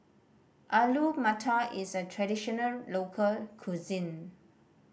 Alu Matar is a traditional local cuisine